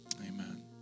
amen